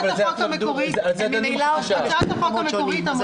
"תקופת בידוד" תקופה רצופה שתחילתה ביום הראשון שבו